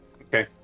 Okay